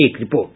एक रिपोर्ट